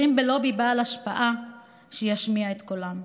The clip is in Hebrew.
להם לובי בעל השפעה שישמיע את קולם.